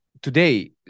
Today